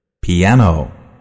Piano